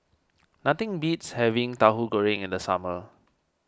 nothing beats having Tahu Goreng in the summer